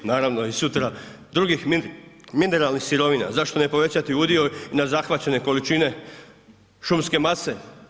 Naravno i sutra, drugih mineralnih sirovina zašto ne povećati udio na zahvaćene količine šumske mase.